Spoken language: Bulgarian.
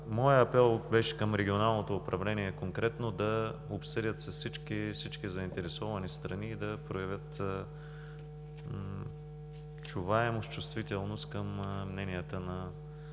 Моят апел към Регионалното управление по образованието беше конкретно да обсъдят с всички заинтересовани страни и да проявят чуваемост, чувствителност към мненията на